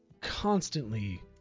constantly